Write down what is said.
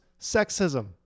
sexism